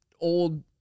old